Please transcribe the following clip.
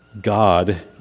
God